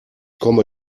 komme